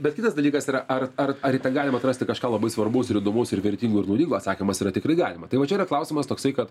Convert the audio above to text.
bet kitas dalykas yra ar ar ar galim atrasti kažką labai svarbaus ir įdomaus ir vertingo ir naudingo atsakymas yra tikrai galima tai va čia yra klausimas toksai kad